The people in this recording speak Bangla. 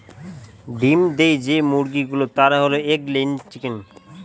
ডিম দেয় যে মুরগি গুলো তারা হল এগ লেয়িং চিকেন